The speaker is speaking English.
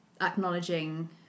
acknowledging